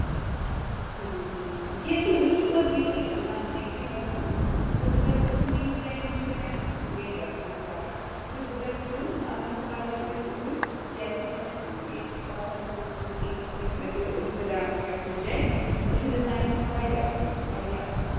کِہیٖنۍ نہٕ کیٚنہہ چھُنہٕ بہٕ چھَس تویتہِ ییٚتی نَزدیٖکٕے بَسان تہٕ بہٕ کرٕ کٲم میٛٲنۍ فرٛٮ۪نٛڈ چھِ مےٚ نیبَر ہَمسایہِ تہٕ بہٕ کرٕ کٲم بہٕ اَنَن سُہ پَگاہ سۭتۍ اوٗرۍ کیٛازِکہِ تۄہہِ چھُو ییٚتہِ باسان مےٚ تُہٕنٛدِس بُٹیٖکَس پٮ۪ٹھ مےٚ کوٚر اِنَسٹاگرٛامَس پٮ۪ٹھ تہِ چیک تۄہہِ چھِو ڈِزایِن واریاہ اَصٕل واریاہ اَصٕل